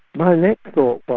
my next thought was,